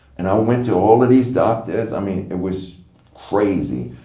and i went to all of these doctors, i mean, it was crazy.